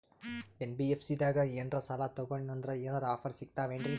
NBFC ದಾಗ ಏನ್ರ ಸಾಲ ತೊಗೊಂಡ್ನಂದರ ಏನರ ಆಫರ್ ಸಿಗ್ತಾವೇನ್ರಿ?